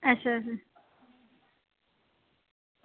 अच्छा अच्छा